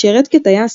שירת כטייס